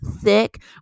thick